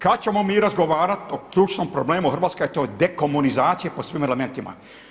Kada ćemo mi razgovarati o ključnom problemu Hrvatske a to je dekomunizacija po svim elementima.